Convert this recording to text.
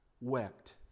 wept